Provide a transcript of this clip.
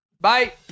Bye